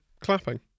clapping